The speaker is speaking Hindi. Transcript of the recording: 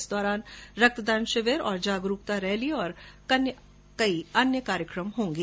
इस दौरान रक्तदान शिविर विधिक जागरूकता रैली और अन्य कार्यक्रम होगें